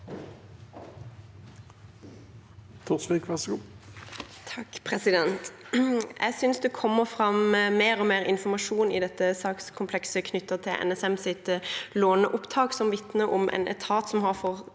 Jeg synes det kommer fram mer og mer informasjon i dette sakskomplekset knyttet til NSMs låneopptak som vitner om en etat som har fått